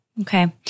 Okay